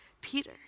Peter